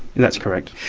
that's correct.